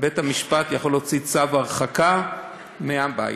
בית-המשפט יכול להוציא צו הרחקה מהבית.